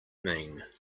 mean